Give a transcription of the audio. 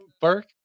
Burke